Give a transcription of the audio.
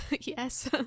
Yes